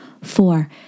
Four